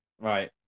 Right